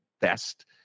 best